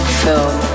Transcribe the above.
film